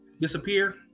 disappear